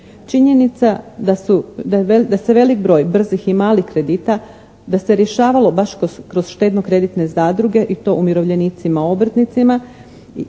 Činjenica da se veliki broj brzih i malih kredita da se rješavalo baš kroz štedno-kreditne zadruge i to umirovljenicima i obrtnicima